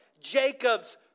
Jacob's